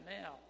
now